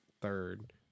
third